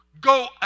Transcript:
go